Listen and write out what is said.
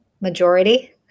Majority